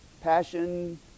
passion